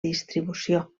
distribució